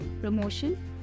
Promotion